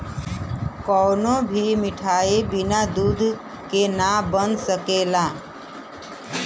कवनो भी मिठाई बिना दूध के ना बन सकला